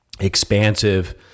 expansive